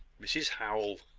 mrs howell!